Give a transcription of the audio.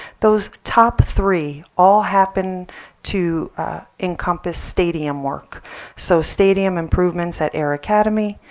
those top three all happen to encompass stadium work so stadium improvements at air academy,